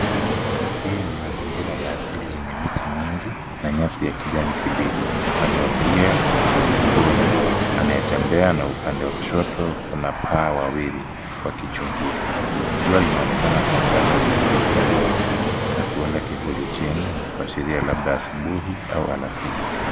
Hii ni mazingira ya asili yenye miti mingi na nyasi ya kijani kibichi. Upande wa kulia kuna mbuni anayetembea na upande wa kushoto kuna paa wawili wakichungia. Jua linaonekana kunagaza kupitia miti na kuenda kivuli chini, na kuashiria labda asubuhi au alasiri.